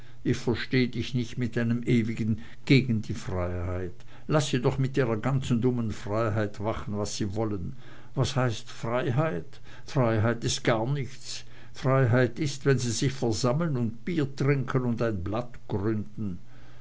ich versteh dich nicht mit deinem ewigen gegen die freiheit laß sie doch mit ihrer ganzen dummen freiheit machen was sie wollen was heißt freiheit freiheit ist gar nichts freiheit ist wenn sie sich versammeln und bier trinken und ein blatt gründen